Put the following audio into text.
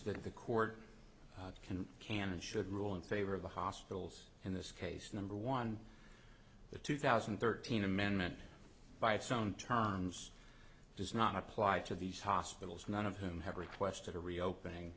that the court can can and should rule in favor of the hospitals in this case number one the two thousand and thirteen amendment by its own terms does not apply to these hospitals none of whom have requested a reopening